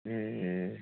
ए